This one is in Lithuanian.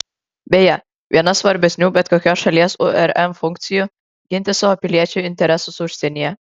beje viena svarbesnių bet kokios šalies urm funkcijų ginti savo piliečių interesus užsienyje